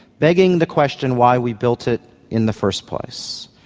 begging the question why we built it in the first place.